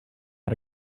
how